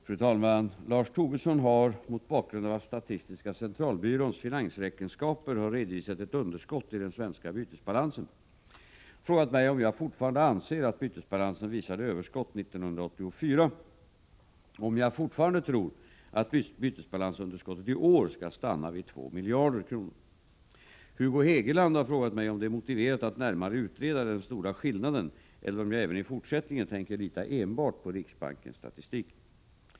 Fru talman! Lars Tobisson har — mot bakgrund av att statistiska centralbyråns finansräkenskaper har redovisat ett underskott i den svenska bytesbalansen — frågat mig om jag fortfarande anser att bytesbalansen visade överskott 1984 och om jag fortfarande tror att bytesbalansunderskottet i år skall stanna vid 2 miljarder kronor. Hugo Hegeland har frågat mig om det är motiverat att närmare utreda den stora skillnaden eller om jag även i fortsättningen enbart tänker lita på riksbankens statistik.